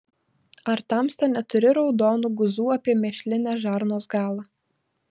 ar tamsta neturi raudonų guzų apie mėšlinės žarnos galą